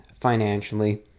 financially